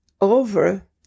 over